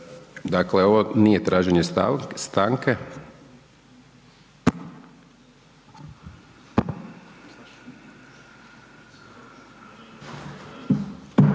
Dakle, ovo nije traženje stanke.